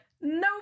nope